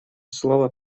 слово